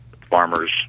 farmers